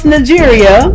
Nigeria